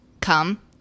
come